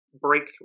breakthrough